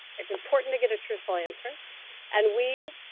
it's important to get a truthful answer and we